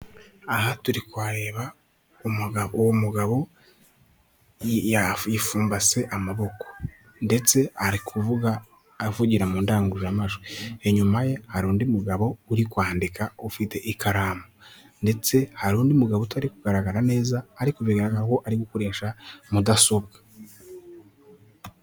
Aha turi kuhareba umugabo, uwo mugabo yifumbase amaboko ndetse ari kuvuga, avugira mu ndangururamajwi. Inyuma ye hari undi mugabo uri kwandika, ufite ikaramu ndetse hari undi mugabo utari kugaragara neza ariko bigaragara ko ari gukoresha mudasobwa.